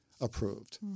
approved